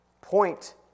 point